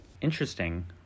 Interesting